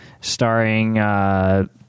starring